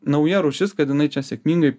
nauja rūšis kad jinai čia sėkmingai